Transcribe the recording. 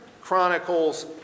Chronicles